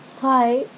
hi